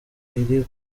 iri